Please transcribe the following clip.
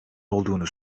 olduğunu